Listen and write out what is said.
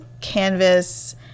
canvas